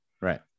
right